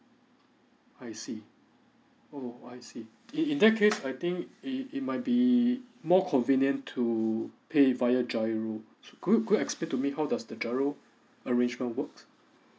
I see oh I see in in that case I think it it might be more convenient to pay via giro could you could you explain to me how does the giro arrangement works